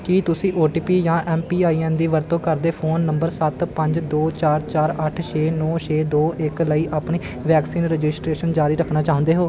ਕੀ ਤੁਸੀਂ O T P ਜਾਂ M P I N ਦੀ ਵਰਤੋਂ ਕਰਦੇ ਫ਼ੋਨ ਨੰਬਰ ਸੱਤ ਪੰਜ ਦੋ ਚਾਰ ਚਾਰ ਅੱਠ ਛੇ ਨੌਂ ਛੇ ਦੋ ਇੱਕ ਲਈ ਆਪਣੀ ਵੈਕਸੀਨ ਰਜਿਸਟ੍ਰੇਸ਼ਨ ਜਾਰੀ ਰੱਖਣਾ ਚਾਹੁੰਦੇ ਹੋ